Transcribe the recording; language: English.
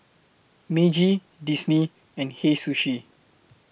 Meiji Disney and Hei Sushi